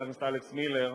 חבר הכנסת אלכס מילר,